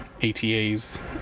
ATAs